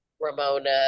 ramona